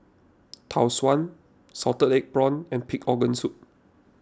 Tau Suan Salted Egg Prawns and Pig Organ Soup